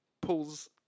pulls